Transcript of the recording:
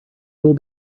will